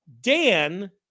Dan